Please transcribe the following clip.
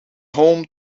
home